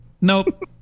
Nope